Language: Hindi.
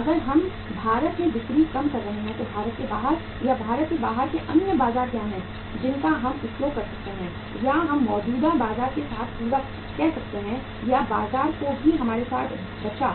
अगर हम भारत में बिक्री कम कर रहे हैं तो भारत के बाहर या भारत के बाहर के अन्य बाजार क्या हैं जिनका हम उपयोग कर सकते हैं या हम मौजूदा बाजार के साथ पूरक कह सकते हैं या बाजार जो भी हमारे साथ बचा